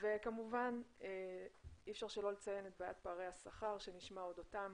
וכמובן אי אפשר שלא לציין את בעיית פערי השכר שנשמע אודותם